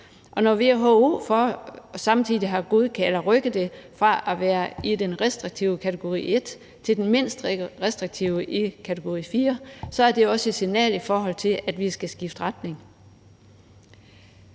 Når WHO samtidig har rykket det fra at være i den restriktive kategori 1 til den mindst restriktive kategori 4, er det jo også et signal om, at vi skal skifte retning.